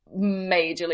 majorly